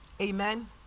Amen